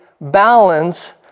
balance